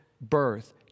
birth